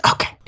Okay